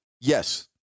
yes